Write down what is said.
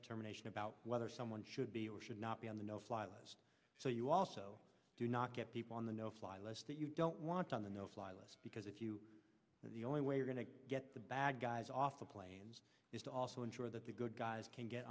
determination about whether someone should be or should not be on the no fly list so you also do not get people on the no fly list that you don't want on the no fly list because if you the only way you're going to get the bad guys off the planes is to also ensure that the good guys can get